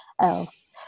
else